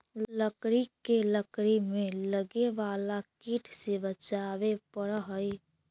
लकड़ी के लकड़ी में लगे वाला कीट से बचावे पड़ऽ हइ